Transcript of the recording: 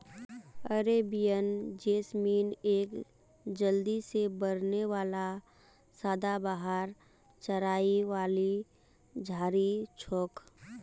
Arabian jasmine एक जल्दी से बढ़ने वाला सदाबहार चढ़ाई वाली झाड़ी छोक